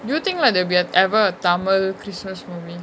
do you think there will ever be a tamil christmas movie